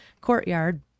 courtyard